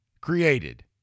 created